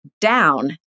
down